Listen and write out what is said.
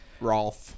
Rolf